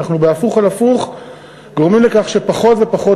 אנחנו בהפוך על הפוך גורמים לכך שפחות ופחות